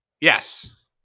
Yes